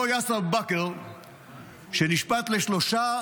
אותו יאסר בכר שנשפט לשלושה מאסרי עולם.